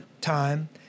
time